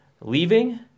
leaving